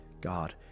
God